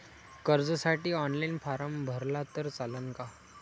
कर्जसाठी online form भरला तर चालन का?